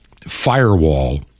firewall